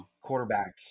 quarterback